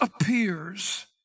appears